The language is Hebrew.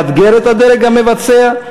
לאתגר את הדרג המבצע,